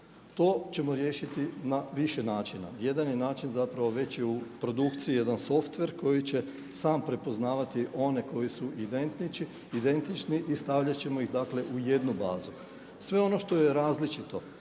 To ćemo riješiti na više načina, jedan je način već je u produkciji jedan softver koji će sam prepoznavati one koji su identični i stavljat ćemo ih u jednu bazu. Sve ono što je različito